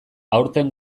aurten